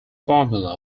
formula